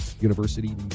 University